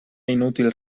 inútil